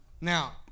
Now